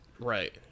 Right